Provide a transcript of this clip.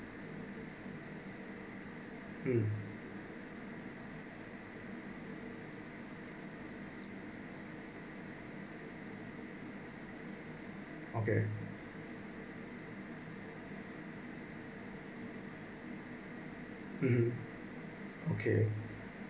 mm okay (uh huh) okay